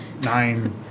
nine